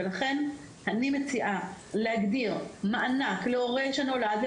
ולכן אני מציעה להגדיר מענק לתקופה הזאת להורה לפג שנולד,